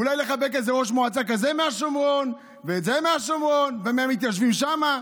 אולי לחבק איזה ראש מועצה כזה מהשומרון ואת זה מהשומרון ומהמתיישבים שם,